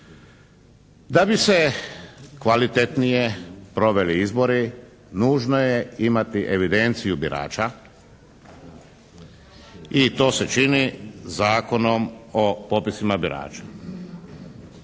Da bi se kvalitetnije proveli izbori nužno je imati evidenciju birača i to se čini Zakonom o popisima birača.